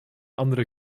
andere